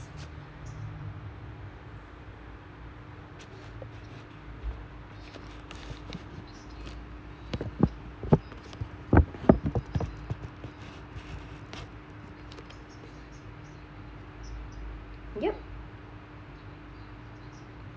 yup